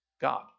God